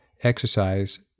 exercise